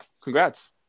congrats